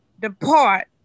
depart